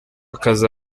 akazi